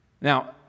Now